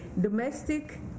Domestic